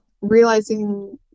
realizing